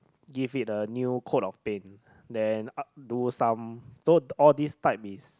give it a new coat of paint then up do some so all this type is